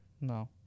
No